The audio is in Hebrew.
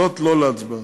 זאת, לא להצבעה.